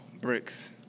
bricks